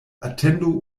atendu